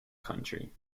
country